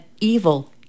evil